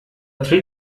three